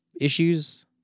issues